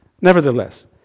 Nevertheless